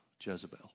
Jezebel